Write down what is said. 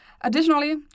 Additionally